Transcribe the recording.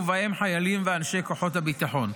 ובהם חיילים ואנשי כוחות הביטחון.